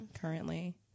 currently